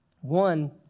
One